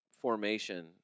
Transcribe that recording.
formation